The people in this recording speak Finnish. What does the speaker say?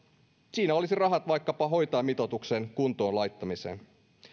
siinä olisivat rahat vaikkapa hoitajamitoituksen kuntoon laittamiseen